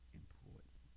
important